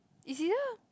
is either